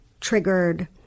triggered